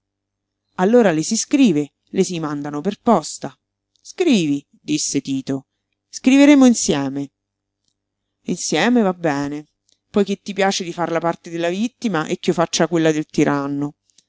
allora le si scrive le si mandano per posta scrivi disse tito scriveremo insieme insieme va bene poiché ti piace di far la parte della vittima e ch'io faccia quella del tiranno